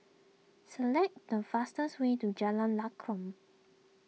select the fastest way to Jalan Lakum